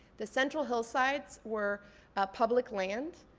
the central hillsides were a public land.